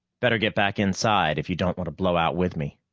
better get back inside if you don't want to blow out with me.